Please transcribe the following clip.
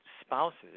spouses